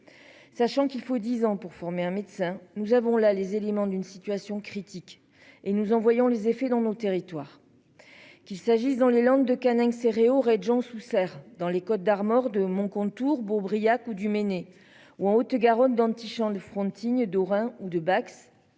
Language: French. Sachant qu'il faut 10 ans pour former un médecin nous avons là les éléments d'une situation critique et nous en voyons les effets dans nos territoires. Qu'il s'agisse dans les Landes de Canning. Au Jean sous serre dans les Côtes d'Armor, de mon contours Bourbriac ou du Ménez ou en Haute-Garonne d'antichambre du Frontignan. Dorin ou de Bax.